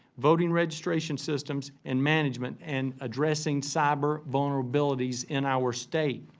voting registration systems, and management, and addressing cyber-vulnerabilities in our state.